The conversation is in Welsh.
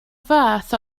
fath